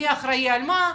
מי אחראי על מה?